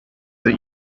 the